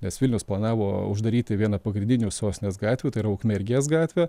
nes vilnius planavo uždaryti vieną pagrindinių sostinės gatvių tai yra ukmergės gatvę